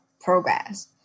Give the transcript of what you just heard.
progress